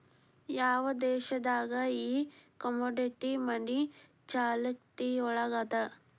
ಯಾವ್ ದೇಶ್ ದಾಗ್ ಈ ಕಮೊಡಿಟಿ ಮನಿ ಚಾಲ್ತಿಯೊಳಗದ?